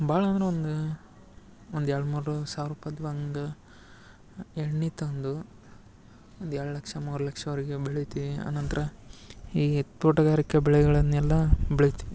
ಭಾಳ ಅಂದರೆ ಒಂದು ಒಂದು ಎರಡು ಮೂರು ಸಾವಿರ ರೂಪಾಯ್ದು ಒಂದು ಎಣ್ಣೆ ತಂದು ಒಂದು ಎರಡು ಲಕ್ಷ ಮೂರು ಲಕ್ಷದವರೆಗೆ ಬೆಳಿತೀವಿ ಅನಂತ್ರ ಈಗ ತೋಟಗಾರಿಕಾ ಬೆಳೆಗಳನ್ನೆಲ್ಲ ಬೆಳಿತೀವಿ